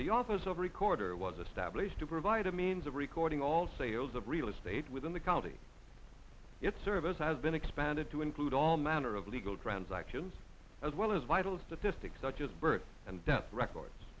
the office of recorder was established to provide a means of recording all sales of real estate within the county it service has been expanded to include all manner of legal transactions as well as vital statistics such as birth and death records